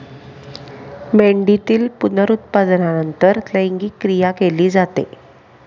मेंढीतील पुनरुत्पादनानंतर लैंगिक क्रिया केली जाते